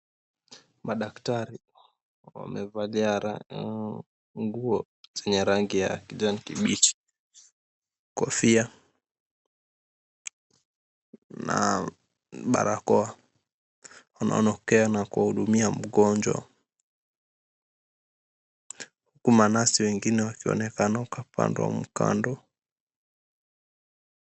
Madaktari, wamevalia nguo zenye rangi ya kijani kibichi, kofia na barakoa. Wanaonekana kuhudumia mgonjwa. Huku manasi wakionekana kwa upande wa kando.